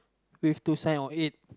with two sign on it